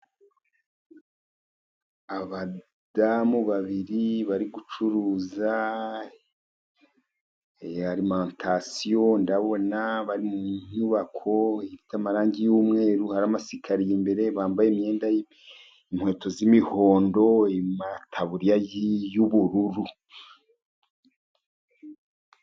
Abadamu babiri bari gucuruza alimentasiyo, ndabona bari mu nyubako ifite amarangi y'umweru hari amasikariye imbere, bambaye imyenda, inkweto z'imihondo, amataburiya y'ubururu.